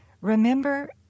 Remember